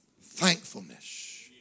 Thankfulness